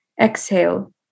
Exhale